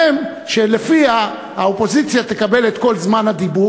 שלפיה האופוזיציה תקבל את כל זמן הדיבור